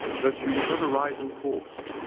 that you will never rise in the force.